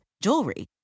jewelry